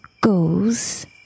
goes